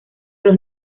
los